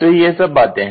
तो यह सब बातें है